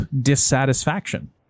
dissatisfaction